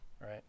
right